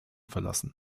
verlassen